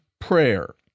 prayer